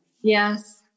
Yes